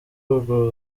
ubwo